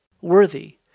worthy